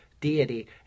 deity